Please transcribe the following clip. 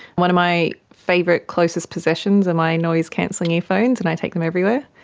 one of my favourite closest possessions are my noise cancelling earphones and i take them everywhere.